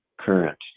current